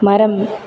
மரம்